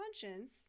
conscience